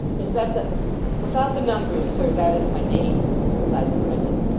is that the without the numbers, sir, that is my name replied the prentice.